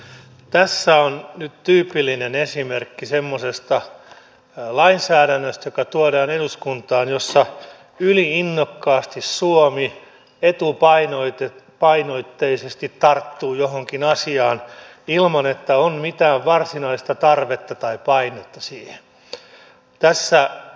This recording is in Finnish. tässä on nyt tyypillinen esimerkki semmoisesta lainsäädännöstä joka tuodaan eduskuntaan jossa yli innokkaasti suomi etupainotteisesti tarttuu johonkin asiaan ilman että on mitään varsinaista tarvetta tai painetta siihen